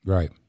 Right